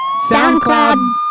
SoundCloud